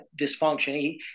dysfunction